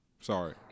Sorry